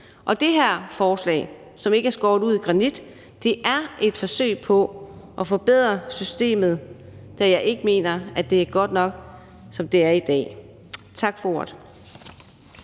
og det her forslag, som ikke er skåret ud i granit, er et forsøg på at forbedre systemet, da jeg ikke mener, at det er godt nok, som det er i dag. Tak for ordet.